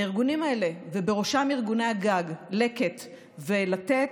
הארגונים האלה, ובראשם ארגוני הגג לקט ישראל ולתת,